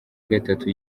gatatu